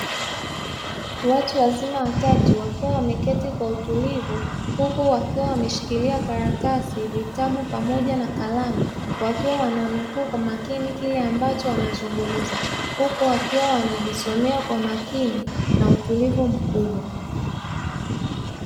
Watu wazima watatu wakiwa wameketi kwa utulivu, huku wakiwa wameshikilia karatasi, vitabu pamoja na kalamu, wakiwa wananukuu kwa makini kile ambacho wanazungumza, huku wakiwa wanajisomea kwa makini na utulivu mkubwa.